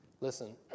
Listen